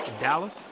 Dallas